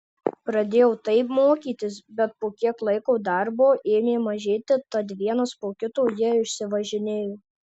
pradėjau taip mokytis bet po kiek laiko darbo ėmė mažėti tad vienas po kito jie išsivažinėjo